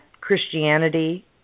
Christianity